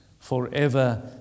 forever